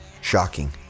Shocking